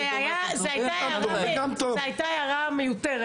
זו הייתה הערה מיותרת.